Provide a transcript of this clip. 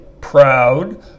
proud